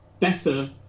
better